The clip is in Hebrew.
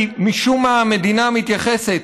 כי משום מה המדינה מתייחסת